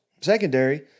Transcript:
secondary